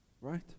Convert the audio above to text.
Right